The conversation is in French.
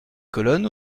colonnes